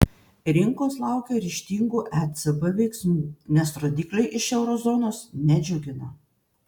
rinkos laukia ryžtingų ecb veiksmų nes rodikliai iš euro zonos nedžiugina